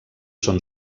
són